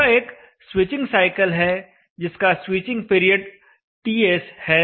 यह एक switching cycle है जिसका स्विचिंग पीरियड TS है